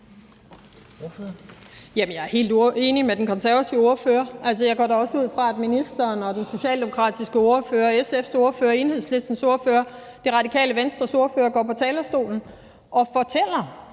Jeg er helt enig med den konservative ordfører. Jeg går da også ud fra, at ministeren, den socialdemokratiske ordfører, SF's ordfører, Enhedslistens ordfører og De Radikale Venstres ordfører går på talerstolen – jeg